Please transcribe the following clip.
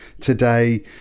today